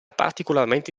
particolarmente